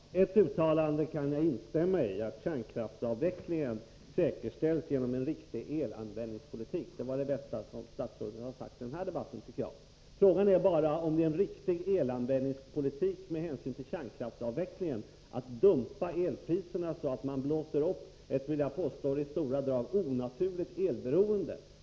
Fru talman! Ett uttalande kan jag instämma i — att kärnkraftsavvecklingen säkerställs genom riktig elanvändningspolitik. Det var det bästa som statsrådet har sagt i den här debatten, tycker jag. Frågan är bara om det är en riktig elanvändningspolitik med hänsyn till kärnkraftsavvecklingen att dumpa elpriserna så att vi blåser upp ett, vill jag påstå, i stora drag onaturligt elberoende.